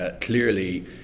Clearly